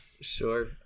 sure